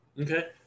Okay